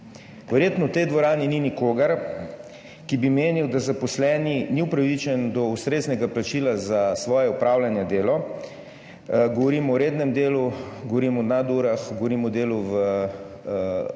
Verjetno v tej dvorani ni nikogar, ki bi menil, da zaposleni ni upravičen do ustreznega plačila za svoje opravljeno delo, govorim o rednem delu, govorim o nadurah, govorim o delu v dela